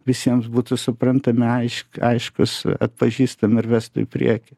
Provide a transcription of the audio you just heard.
visiems būtų suprantami aišk aiškūs atpažįstami ir vestų į priekį